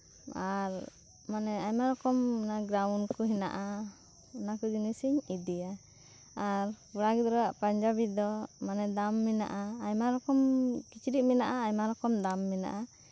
ᱟᱨ ᱢᱟᱱᱮ ᱟᱭᱢᱟ ᱨᱚᱠᱚᱢ ᱜᱨᱟᱣᱩᱱ ᱠᱚ ᱢᱮᱱᱟᱜᱼᱟ ᱚᱱᱟᱠᱚ ᱡᱤᱱᱤᱥ ᱤᱧ ᱤᱫᱤᱭᱟ ᱟᱨ ᱠᱚᱲᱟ ᱜᱤᱫᱽᱨᱟᱹ ᱟᱜ ᱯᱟᱧᱡᱟᱵᱤ ᱫᱚ ᱫᱟᱢ ᱢᱮᱱᱟᱜᱼᱟ ᱟᱭᱢᱟ ᱨᱚᱠᱚᱢ ᱠᱤᱪᱨᱤᱪ ᱢᱮᱱᱟᱜᱼᱟ ᱟᱭᱢᱟ ᱨᱚᱠᱚᱢ ᱫᱟᱢ ᱢᱮᱱᱟᱜᱼᱟ